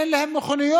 אין להן מכוניות